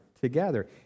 together